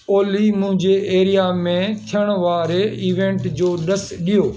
ओली मुंहिंजे एरिया में थियण वारे इवेंट जो ॾसु ॾियो